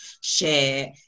share